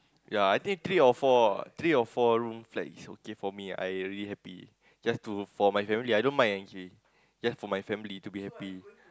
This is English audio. yea I think three or four three or four room flat is okay for me I already happy just for my family I don't mind actually just for my family to be happy